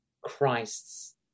Christ's